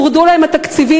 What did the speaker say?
הורדו להם התקציבים,